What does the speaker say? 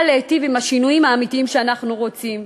בא להיטיב לגבי השינויים האמיתיים שאנחנו רוצים.